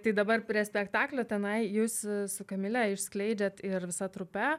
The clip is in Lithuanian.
tai dabar prie spektaklio tenai jūs su kamile išskleidžiat ir visa trupe